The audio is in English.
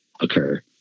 occur